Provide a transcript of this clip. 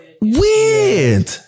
Weird